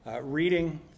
reading